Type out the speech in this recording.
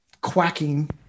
quacking